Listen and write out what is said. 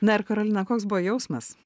na ir karolina koks buvo jausmas